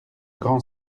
grand